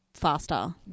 Faster